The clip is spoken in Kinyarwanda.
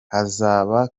hazaba